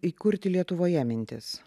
įkurti lietuvoje mintis